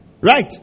right